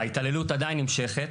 ההתעללות עדיין נמשכת.